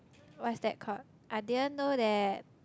what's that called I didn't know that